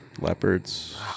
Leopards